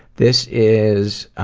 this is,